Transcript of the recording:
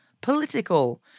political